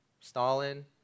Stalin